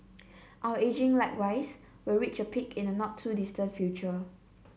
our ageing likewise will reach a peak in a not too distant future